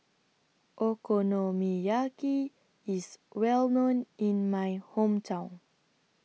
Okonomiyaki IS Well known in My Hometown